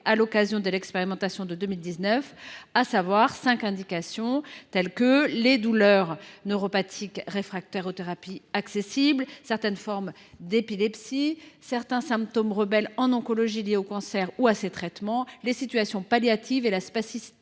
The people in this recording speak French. lors de l’expérimentation de 2019, à savoir les cinq indications suivantes : douleurs neuropathiques réfractaires aux traitements existants, certaines formes d’épilepsie, certains symptômes rebelles en oncologie liés au cancer ou à ses traitements, les soins palliatifs et la spasticité